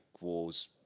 Wars